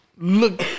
look